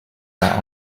par